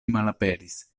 malaperis